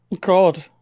god